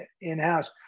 in-house